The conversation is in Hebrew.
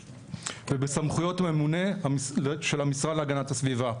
ובסמכויות הממונה של המשרד להגנת הסביבה.